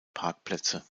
parkplätze